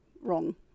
wrong